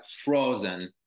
frozen